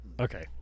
okay